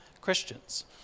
Christians